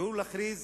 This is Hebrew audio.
והוא להכריז